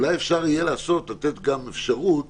אולי אפשר יהיה לתת גם אפשרות